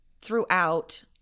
throughout